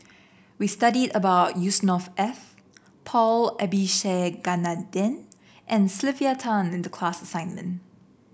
we studied about Yusnor Ef Paul Abisheganaden and Sylvia Tan in the class assignment